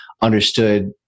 understood